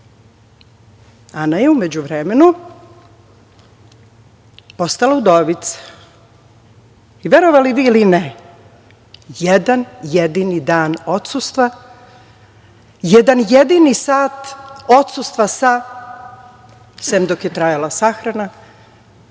je u međuvremenu postala udovica, i verovali vi ili ne, jedan jedini dan odsustva, jedan jedini sat odsustva, sem dok je trajala sahrana,